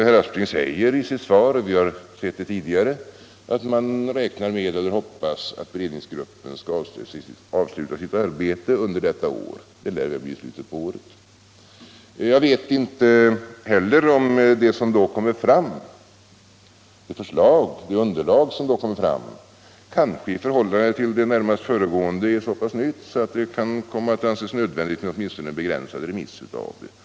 Herr Aspling säger i sitt svar att man räknar med, eller hoppas, att beredningsgruppen skall avsluta sitt arbete under detta år. Det lär bli i slutet på året. Jag vet inte heller om det förslag som då kommer fram är så pass nytt i förhållande till det närmast föregående förslaget att det kan anses nödvändigt med åtminstone en begränsad remiss.